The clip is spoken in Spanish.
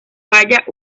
falla